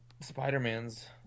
Spider-Man's